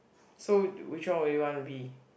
so which one will you wanna be